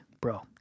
bro